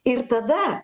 ir tada